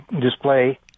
display